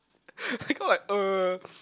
then I go like uh